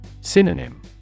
Synonym